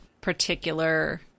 particular